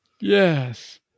Yes